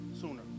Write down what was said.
sooner